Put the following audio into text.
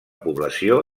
població